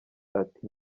ati